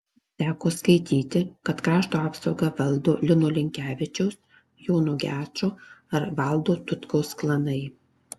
teko skaityti kad krašto apsaugą valdo lino linkevičiaus jono gečo ar valdo tutkaus klanai